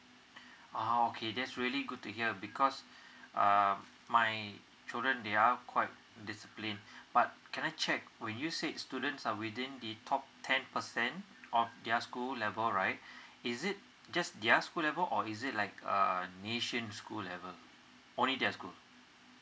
oh okay that's really good to hear because uh my children they are quite disciplined but can I check when you said students are within the top ten percent of their school level right is it just their school level or is it like err nation school level only their school